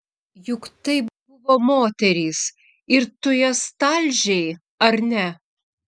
juk tai buvo moterys ir tu jas talžei ar ne